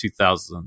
2000